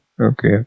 Okay